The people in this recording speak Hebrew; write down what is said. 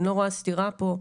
אני לא רואה סתירה פה,